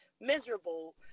miserable